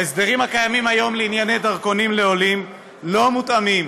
ההסדרים הקיימים היום לענייני דרכונים לעולים לא מותאמים